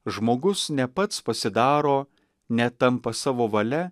žmogus ne pats pasidaro netampa savo valia